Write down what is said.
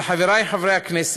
אבל, חברי חברי הכנסת,